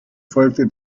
folgte